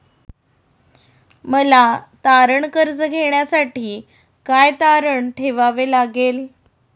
मला तारण कर्ज घेण्यासाठी काय तारण ठेवावे लागेल?